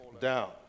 down